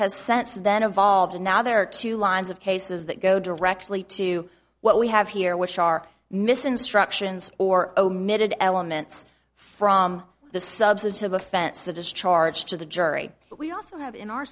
has sense then evolved and now there are two lines of cases that go directly to what we have here which are missing struction or omitted elements from the substantive offense the discharge to the jury but we also have in our